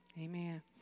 Amen